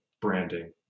branding